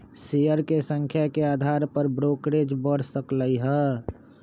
share के संख्या के अधार पर ब्रोकरेज बड़ सकलई ह